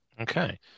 okay